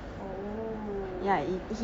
oh